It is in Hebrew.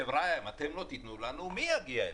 חבריא, אם אתם לא תיתנו לנו, מי יגיע אליכם?